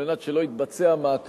על מנת שלא יתבצע מעקף,